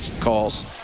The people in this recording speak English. calls